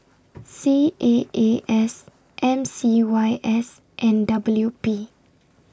C A A S M C Y S and W P